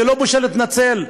זה לא בושה להתנצל,